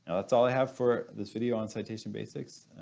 that's all i have for this video on citation basics.